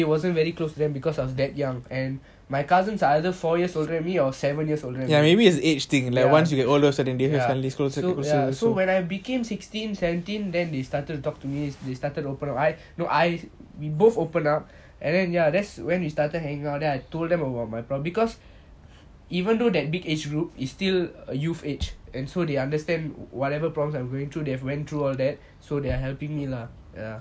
wasn't very close to them because I was that young and my cousins are either four years older than me or seven years older than me so when I became sixteen seventeen then they started to talk to me they started to open up I know I we both open up and then ya that's when we started hanging out then I told them about my problem because even though that big age group is still a youth age and so they understand whatever prompts I'm going through they have went through all that so they are helping me lah ya